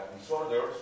disorders